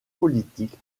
politique